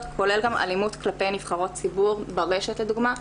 כולל גם אלימות כלפי נבחרות ציבור ברשת לדוגמה,